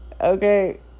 okay